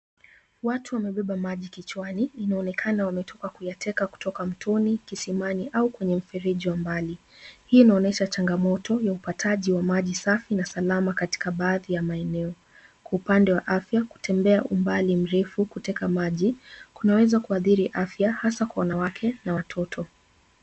Watu wamebeba maji kichwani inaonekana wametoka kuyateka kutoka mtoni, kisimani au kwenye mfereji wa mbali. Hii inaonyesha changamoto ya upataji wa maji safi na salama katika baadhi ya maeneo. Kwa upande wa afya kutembea umbali mrefu kuteka maji kunaweza kuathiri afya hasa kwa wanawake na watoto.